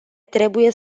trebuie